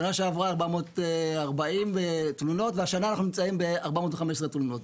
שנה שעברה 440 תלונו והשנה אנחנו נמצאים ב-414 תלונות.